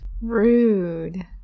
Rude